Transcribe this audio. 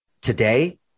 Today